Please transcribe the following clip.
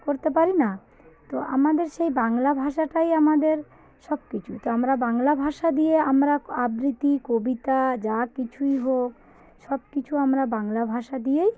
করতে পারি না তো আমাদের সেই বাংলা ভাষাটাই আমাদের সব কিছু তো আমরা বাংলা ভাষা দিয়ে আমরা আবৃত্তি কবিতা যা কিছুই হোক সব কিছু আমরা বাংলা ভাষা দিয়েই